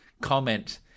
comment